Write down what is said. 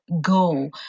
go